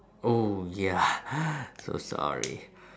oh ya so sorry